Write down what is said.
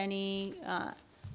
any